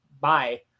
bye